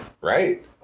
Right